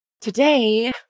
Today